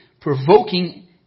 provoking